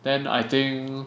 then I think